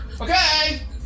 Okay